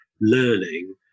learning